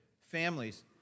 families